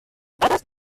patas